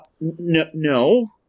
no